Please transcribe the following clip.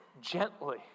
gently